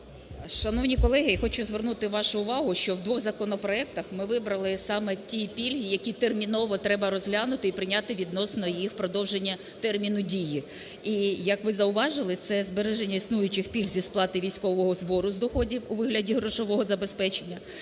Шановні колеги, хочу звернути вашу увагу, що у двох законопроектах ми вибрали саме ті пільги, які терміново треба розглянути і прийняти відносно їх продовження терміну дії. І як ви зауважили, це збереження існуючих пільг зі сплати військового збору з доходів у вигляді грошового забезпечення,